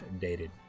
dated